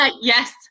yes